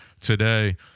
today